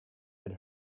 had